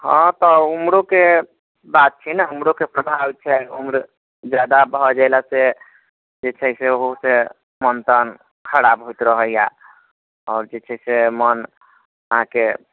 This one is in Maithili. हँ तऽ उम्रोके बात छै ने उम्रोके प्रभाव छै उम्र जादा भऽ गेला से जे छै से ओहू से मन तन खराब होइत रहैया आओर जे छै से मन अहाँकेँ